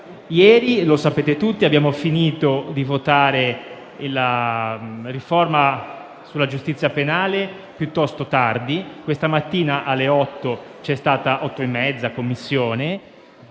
Ieri, come sapete tutti, abbiamo finito di votare la riforma sulla giustizia penale piuttosto tardi. Questa mattina, alle ore 8,30, si è riunita la Commissione: